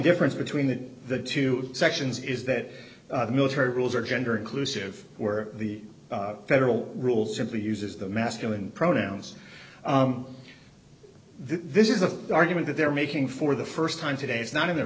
difference between the two sections is that military rules are gender inclusive where the federal rule simply uses the masculine pronouns this is a argument that they're making for the st time today it's not in their